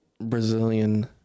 Brazilian